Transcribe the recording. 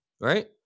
right